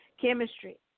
Chemistry